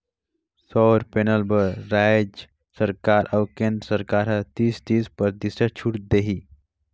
सउर पैनल बर रायज सरकार अउ केन्द्र सरकार हर तीस, तीस परतिसत छूत देही